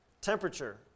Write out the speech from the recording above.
temperature